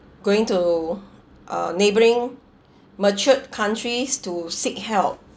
going to uh neighbouring matured countries to seek help